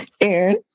Aaron